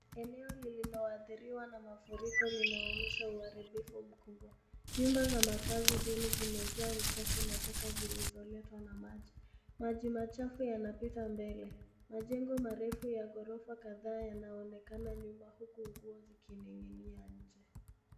Eneo lililohadhiriwa na mafuriko linaonyesha uharibifu mkubwa. Nyumba za makazi duni zimejaa uchafu na taka zilizoletwa na maji. Maji machafu yanapita mbele. Majengo marefu ya ghorofa kadhaa yanaonekana nyuma huku nguo zikining'inia nje.